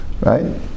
right